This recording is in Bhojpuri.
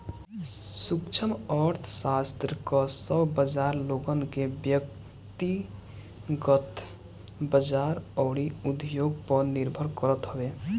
सूक्ष्म अर्थशास्त्र कअ सब बाजार लोगन के व्यकतिगत बाजार अउरी उद्योग पअ निर्भर करत हवे